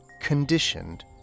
conditioned